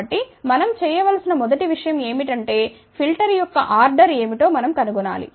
కాబట్టి మనం చేయవలసిన మొదటి విషయం ఏమిటంటే ఫిల్టర్ యొక్క ఆర్డర్ ఏమిటో మనం కనుగొనాలి